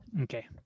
Okay